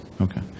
Okay